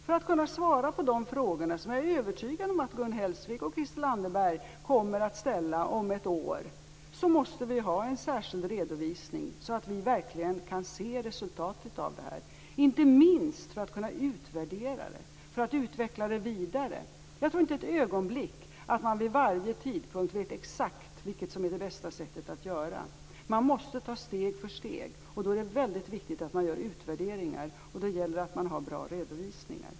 För att kunna svara på de frågor som jag är övertygad att Gun Hellsvik och Christel Anderberg kommer att ställa om ett år måste vi ha en särskild redovisning så att vi verkligen kan se resultatet, inte minst för att kunna utvärdera och utveckla det hela vidare. Jag tror inte ett ögonblick att man vid varje tidpunkt vet exakt vilket som är det bästa sättet att göra. Man måste ta steg för steg, och det är väldigt viktigt att man gör utvärderingar. Då gäller det att man har bra redovisningar.